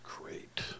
great